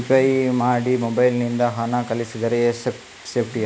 UPI ಮಾಡಿ mobile ನಿಂದ ಹಣ ಕಳಿಸಿದರೆ ಸೇಪ್ಟಿಯಾ?